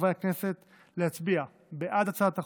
מחברי הכנסת, להצביע בעד הצעת החוק,